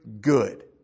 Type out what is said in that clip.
good